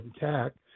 intact